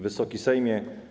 Wysoki Sejmie!